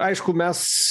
aišku mes